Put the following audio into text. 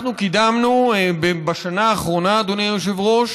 אנחנו קידמנו בשנה האחרונה אדוני היושב-ראש,